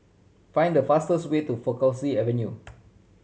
find the fastest way to Faculty Avenue